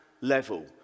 level